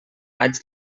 haig